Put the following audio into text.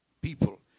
people